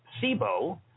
SIBO